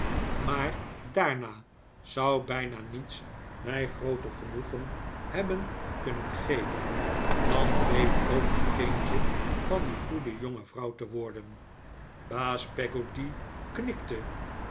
maar daarna zou bijna niets mij grooter genoegen hebben kunnen geven dan peet over het kindje van die goede jonge vrouw te worden baas peggotty knikte